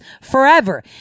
forever